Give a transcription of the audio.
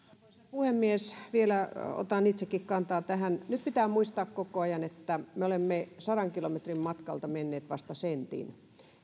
puhemies vielä otan itsekin kantaa tähän nyt pitää muistaa koko ajan että me olemme sadan kilometrin matkalta menneet vasta sentin